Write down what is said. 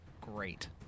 Great